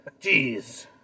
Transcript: Jeez